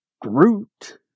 Groot